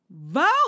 Vote